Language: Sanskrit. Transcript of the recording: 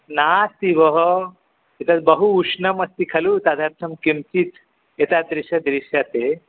नास्ति भोः एतत् बहु उष्णमस्ति खलु तदर्थं किञ्चित् एतादृशं दृश्यते